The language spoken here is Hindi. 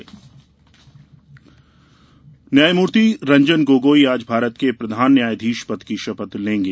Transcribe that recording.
न्यायाधीश शपथ् न्यायमूर्ति रंजन गोगोई आज भारत के प्रधान न्यायाधीश पद की शपथ लेंगे